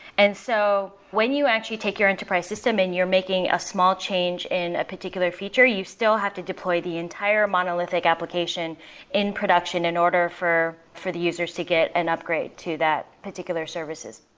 and so when you actually take your enterprise system and you're making a small change in a particular feature you still have to deploy the entire monolithic application in production in order for for the users to get an upgrade to that particular services.